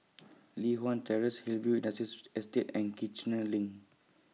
Li Hwan Terrace Hillview Estate and Kiichener LINK